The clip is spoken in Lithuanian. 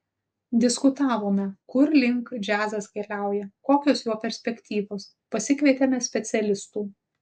diskutavome kur link džiazas keliauja kokios jo perspektyvos pasikvietėme specialistų